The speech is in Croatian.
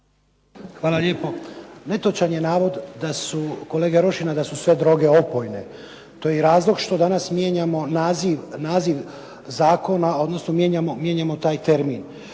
Hvala lijepo. Netočan je navod kolege Rošina da su sve droge opojne. To je i razlog što danas mijenjamo naziv zakona, odnosno mijenjamo taj termin.